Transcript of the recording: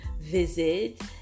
visit